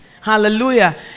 Hallelujah